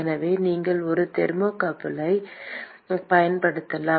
எனவே நீங்கள் ஒரு தெர்மோகப்பிளைப் பயன்படுத்தலாம்